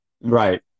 Right